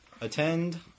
Attend